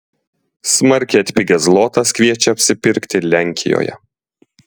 smarkiai atpigęs zlotas kviečia apsipirkti lenkijoje